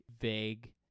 vague